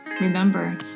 Remember